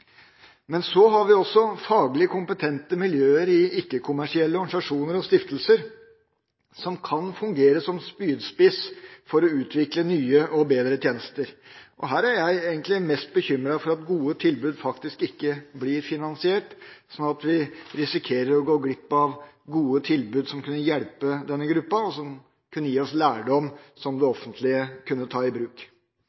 har også faglig kompetente miljøer i ikke-kommersielle organisasjoner og stiftelser som kan fungere som spydspisser for å utvikle nye og bedre tjenester. Her er jeg egentlig mest bekymret for at gode tilbud faktisk ikke blir finansiert, sånn at vi risikerer å gå glipp av gode tilbud som kunne ha hjulpet denne gruppen, og som kunne gitt oss lærdom som det